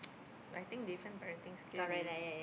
I think different parenting skill